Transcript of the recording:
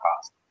cost